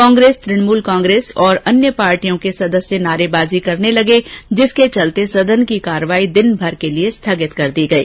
कांग्रेस तुणमूल कांग्रेस और अन्य पार्टियों के सदस्य नारेबाजी करने लगे जिसके चलते सदन की कार्यवाही दिन भर के लिए स्थगित कर दी गई